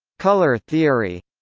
color theory